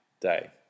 day